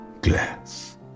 glass